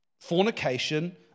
fornication